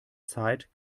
zeit